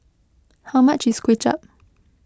how much is Kuay Chap